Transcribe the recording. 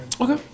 Okay